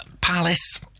Palace